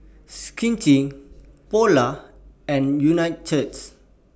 Schick Polar and Unicurd